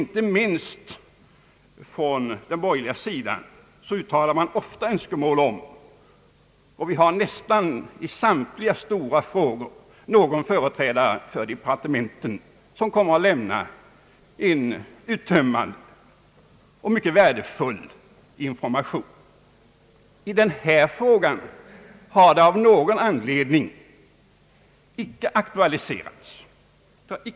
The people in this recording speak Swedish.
Inte minst från den borgerliga sidan uttalas ofta önskemål om information, och det har nästan i samtliga stora frågor förekommit att företrädare för vederbörande departement har lämnat en uttömmande och mycket värdefull information. I denna fråga har sådan information av någon anledning icke aktualiserats.